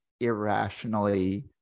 irrationally